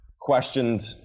questioned